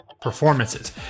performances